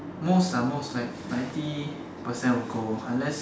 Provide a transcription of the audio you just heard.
most ah most like ninety percent will go unless